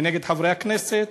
נגד חברי הכנסת,